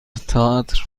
تئاتر